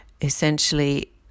essentially